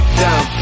down